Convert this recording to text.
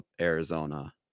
Arizona